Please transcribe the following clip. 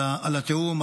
על התיאום,